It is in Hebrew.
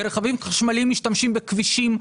ורכבים חשמליים משתמשים בכבישים,